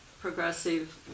progressive